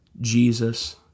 Jesus